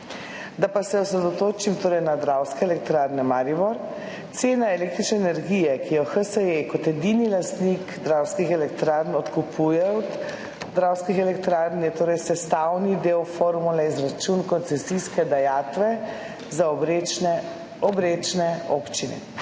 Da pa se osredotočim na Dravske elektrarne Maribor – cena električne energije, ki jo HSE kot edini lastnik Dravskih elektrarn odkupuje od Dravskih elektrarn, je torej sestavni del formule izračuna koncesijske dajatve za obrečne občine.